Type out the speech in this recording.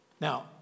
Now